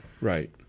Right